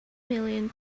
million